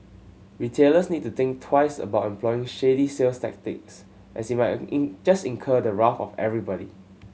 retailers need to think twice about employing shady sales tactics as it might just incur the wrath of everybody